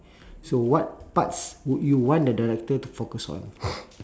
so what parts would you want the director to focus on